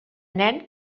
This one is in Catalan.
nen